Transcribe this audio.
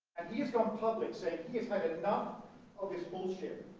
and he has gone public saying he has had enough of this bullshit.